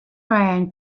ryan